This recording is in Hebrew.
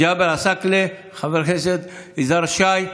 ג'אבר עסאקלה, חבר הכנסת יזהר שי,